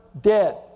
dead